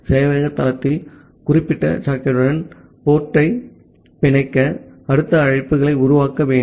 சேவையக தளத்தில் குறிப்பிட்ட சாக்கெட்டுடன் போர்ட் டை பிணைக்க அடுத்த அழைப்புகளை உருவாக்க வேண்டும்